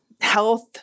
health